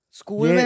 school